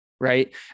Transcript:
right